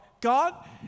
God